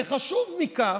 וחשוב מכך,